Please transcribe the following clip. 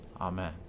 Amen